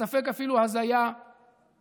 וספק אפילו הזיה פסיכולוגית.